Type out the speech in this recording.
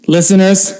Listeners